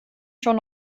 schon